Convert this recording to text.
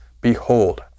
Behold